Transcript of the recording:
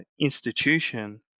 institution